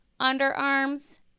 underarms